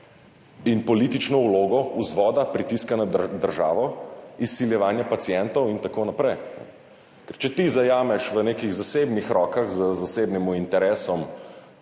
in politično vlogo vzvoda pritiska na državo, izsiljevanja pacientov in tako naprej. Ker če ti zajameš v nekih zasebnih rokah z zasebnim interesom